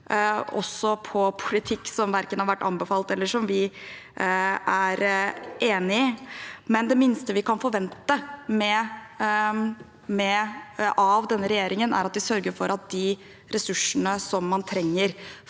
også på politikk som verken har vært anbefalt eller som vi har vært enig i. Det minste vi kan forvente av denne regjeringen, er at de sørger for at de ressursene man trenger